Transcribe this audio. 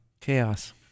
Chaos